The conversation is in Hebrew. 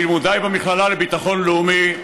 בלימודי במכללה לביטחון לאומי,